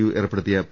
U ഏർപ്പെടുത്തിയ P